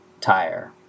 tire